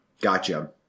Gotcha